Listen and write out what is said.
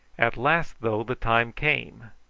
at last, though, the time came,